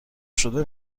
شده